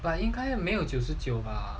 but 应该没有九十九吧